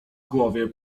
głowie